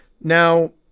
Now